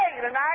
tonight